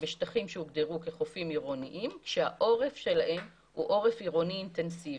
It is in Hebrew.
בשטחים שהוגדרו כחופים עירוניים שהעורף שלהם הוא עורף עירוני אינטנסיבי.